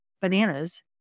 bananas